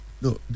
No